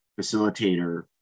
facilitator